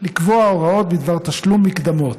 לקבוע הוראות בדבר תשלום מקדמות.